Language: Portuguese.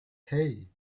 hey